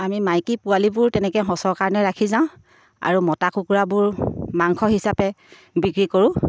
আমি মাইকী পোৱালিবোৰ তেনেকৈ সঁচৰ কাৰণে ৰাখি যাওঁ আৰু মতা কুকুৰাবোৰ মাংস হিচাপে বিক্ৰী কৰোঁ